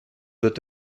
wird